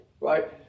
right